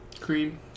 cream